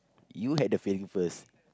you had the feeling first